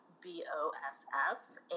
B-O-S-S